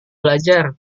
belajar